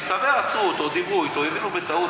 הסתבר שעצרו אותו, דיברו אתו, הבינו שזה בטעות.